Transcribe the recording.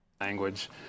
Language